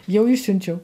jau išsiunčiau